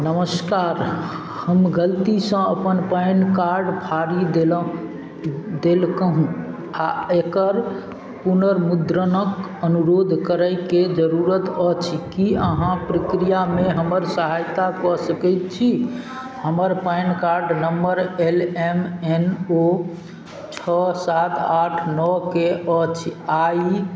नमस्कार हम गलतीसँ अपन पैन कार्ड फाड़ि देलहुँ देलकहुँ आओर एकर पुनर्मुद्रणके अनुरोध करैके जरूरत अछि कि अहाँ प्रक्रियामे हमर सहायता कऽ सकै छी हमर PAN card number L M N O छओ सात आठ नओ के अछि आओर ई